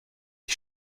die